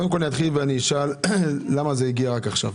קודם כל, למה זה הגיע רק עכשיו?